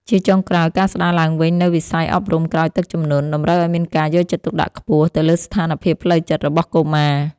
ជាចុងក្រោយ ការស្តារឡើងវិញនូវវិស័យអប់រំក្រោយទឹកជំនន់ តម្រូវឱ្យមានការយកចិត្តទុកដាក់ខ្ពស់ទៅលើស្ថានភាពផ្លូវចិត្តរបស់កុមារ។